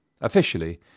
Officially